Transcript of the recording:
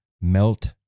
Melt